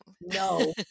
No